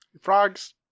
Frogs